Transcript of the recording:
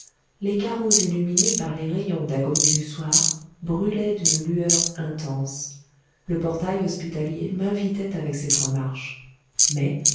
les carreaux illuminés par les rayons d'agonie du soir brûlaient d'une lueur intense le portail hospitalier m'invitait avec ses trois marches mais